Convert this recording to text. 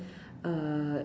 err